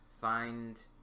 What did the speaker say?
find